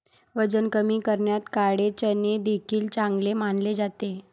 वजन कमी करण्यात काळे चणे देखील चांगले मानले जाते